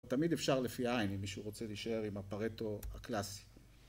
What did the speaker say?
תמיד אפשר לפי העין אם מישהו רוצה להישאר עם הפרטו הקלאסי.